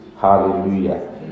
Hallelujah